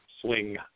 swing